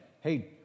hey